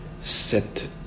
cette